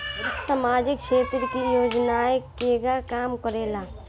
सामाजिक क्षेत्र की योजनाएं केगा काम करेले?